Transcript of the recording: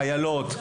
חיילות,